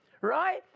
right